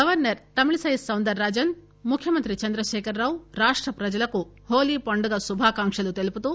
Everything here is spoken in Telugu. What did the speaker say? governor Tamilisai Soundararajan ముఖ్యమంత్రి చంద్రశేఖర్ రావు రాష్ట ప్రజలకు హోళీ పండుగ శుభాకాంక్షలు తెలుపుతూ